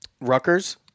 Rutgers